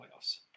playoffs